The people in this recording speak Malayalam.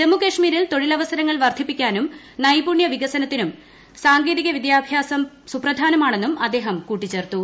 ജമ്മു കശ്മീരിൽ തൊഴിലവസരങ്ങൾ വർദ്ധിപ്പിക്കാനും നൈപുണ്യ വികസനത്തിനും സാങ്കേതിക വിദ്യാഭ്യാസം സുപ്രധാമാണെന്നും അദ്ദേഹം കൂട്ടിച്ചേർത്തു